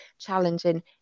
challenging